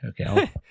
Okay